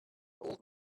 old